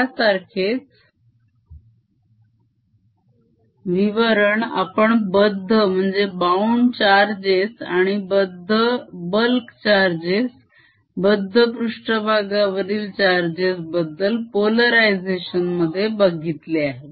यासारखेच विवरण आपण बद्ध charges आणि बद्ध bulk charges बद्ध पृष्ठभागावरील charges बद्दल polarizationमध्ये बघितले आहे